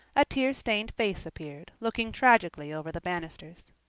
a tear-stained face appeared, looking tragically over the banisters.